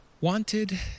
wanted